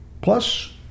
Plus